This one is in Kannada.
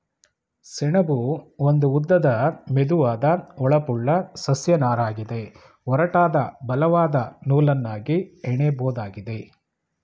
ಸೆಣಬು ಒಂದು ಉದ್ದದ ಮೆದುವಾದ ಹೊಳಪುಳ್ಳ ಸಸ್ಯ ನಾರಗಿದೆ ಒರಟಾದ ಬಲವಾದ ನೂಲನ್ನಾಗಿ ಹೆಣಿಬೋದಾಗಿದೆ